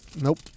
Nope